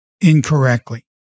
incorrectly